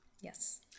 Yes